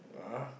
(uh huh)